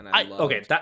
Okay